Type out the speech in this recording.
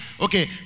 Okay